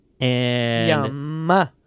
yum